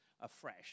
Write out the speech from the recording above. afresh